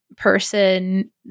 person